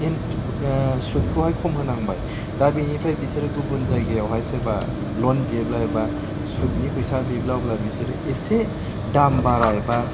सुदखौहाय खम होनांबाय दा बिनिफ्राय बिसोर गुबुन जायगायावहाय सोरबा लन बियोब्ला एबा सुदनि फैसा बिब्ला अब्ला बिसोरो एसे दाम बारा एबा